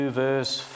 verse